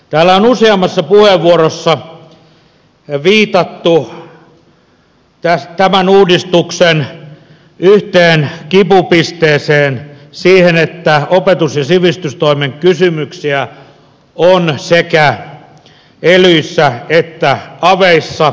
täällä on useammassa puheenvuorossa viitattu tämän uudistuksen yhteen kipupisteeseen siihen että opetus ja sivistystoimen kysymyksiä on sekä elyissä että aveissa